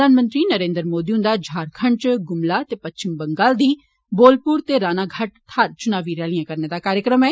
प्रधानमंत्री नरेन्द्र मोदी हन्दा झारखंड च ग्मला ते पच्छम बंगाल दी बोलप्र ते रानाघाट थाहर च्नावी रैलियां करने दा कार्यक्रम ऐ